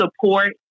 support